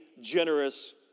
generous